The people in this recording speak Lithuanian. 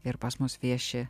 ir pas mus vieši